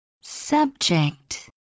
Subject